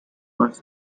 was